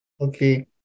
Okay